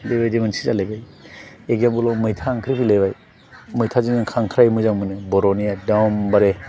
बेबायदि मोनसे जालायबाय एग्जामपोल आव मैथा ओंख्रि फैलायबाय मैथाजों खांख्राय मोजां मोनो बर'नि एकदमबारे